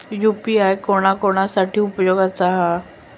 UPI कोणा कोणा साठी उपयोगाचा आसा?